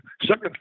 second